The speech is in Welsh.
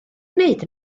wneud